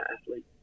athlete